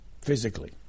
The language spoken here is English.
physically